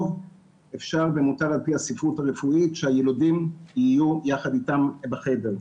אפשר ומותר על פי הספרות הרפואית שהיילודים יהיו יחד איתם בחדר.